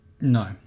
No